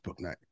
Booknight